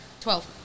Twelve